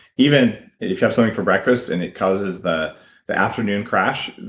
even if you have something for breakfast and it causes the the afternoon crash,